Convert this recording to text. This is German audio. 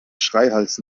schreihals